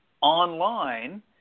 online